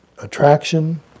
Attraction